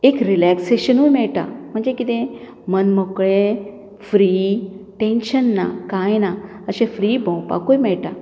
एक रिलॅक्सेशनूय मेळटा म्हणजे कितें मन मोकळें फ्री टेन्शन ना कांय ना अशें फ्री भोंवपाकूय मेळटा